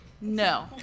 No